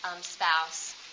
spouse